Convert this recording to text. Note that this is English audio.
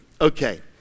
Okay